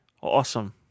awesome